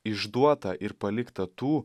išduotą ir paliktą tų